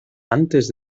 antes